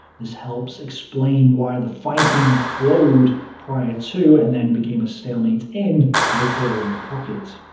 this helps explain why the fighting flowed prior to, and then became a stalemate in, the courland pocket.